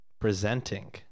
Presenting